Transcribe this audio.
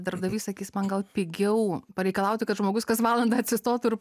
darbdavys sakys man gal pigiau pareikalauti kad žmogus kas valandą atsistotų ir